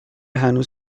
هنوز